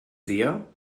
sehr